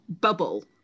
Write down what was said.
bubble